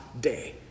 day